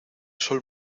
sol